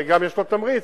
וגם יש לו תמריץ,